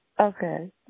Okay